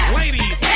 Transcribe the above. ladies